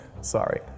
sorry